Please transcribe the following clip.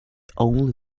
only